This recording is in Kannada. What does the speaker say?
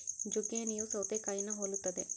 ಜುಕೇನಿಯೂ ಸೌತೆಕಾಯಿನಾ ಹೊಲುತ್ತದೆ